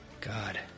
God